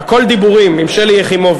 "הכול דיבורים" עם שלי יחימוביץ.